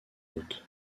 août